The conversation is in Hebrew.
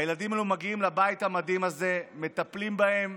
הילדים האלה מגיעים לבית המדהים הזה, מטפלים בהם,